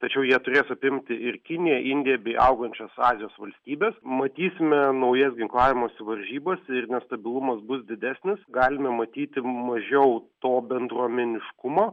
tačiau jie turės apimti ir kiniją indiją bei augančias azijos valstybes matysime naujas ginklavimosi varžybas ir nestabilumas bus didesnis galime matyti mažiau to bendruomeniškumo